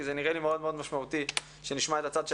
כי זה נראה לי משמעותי מאוד שנשמע את הצד שלהם,